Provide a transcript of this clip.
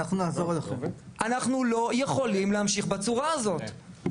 אנחנו לא יכולים להמשיך בצורה הזאת.